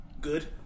good